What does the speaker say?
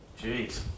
Jeez